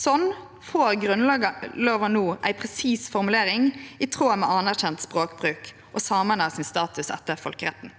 Sånn får Grunnlova no ei presis formulering i tråd med anerkjent språkbruk og samane sin status etter folkeretten.